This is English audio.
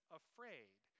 afraid